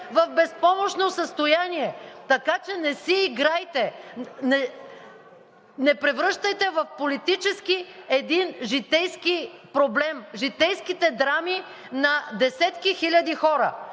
в безпомощно състояние. Не си играйте! Не превръщайте в политически един житейски проблем, житейските драми на десетки хиляди хора.